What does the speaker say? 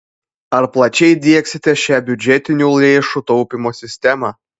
ar plačiai įdiegsite šią biudžetinių lėšų taupymo sistemą